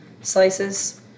slices